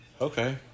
okay